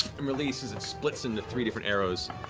and release as it splits into three different arrows.